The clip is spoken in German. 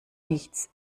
nichts